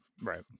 right